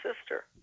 sister